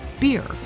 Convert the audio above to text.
beer